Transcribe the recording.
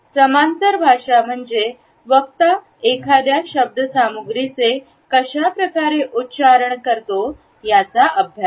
समांतर भाषा म्हणजे वक्ता एखाद्या शब्द सामग्रीचे कशाप्रकारे उच्चारण करतो याचा अभ्यास